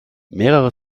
mehrere